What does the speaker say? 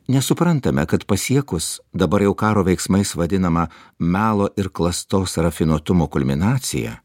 nesuprantame kad pasiekus dabar jau karo veiksmais vadinamą melo ir klastos rafinuotumo kulminaciją